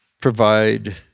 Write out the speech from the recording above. provide